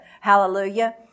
Hallelujah